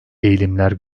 eğilimler